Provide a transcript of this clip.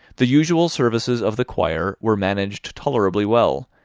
the usual services of the choir were managed tolerably well,